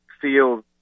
feel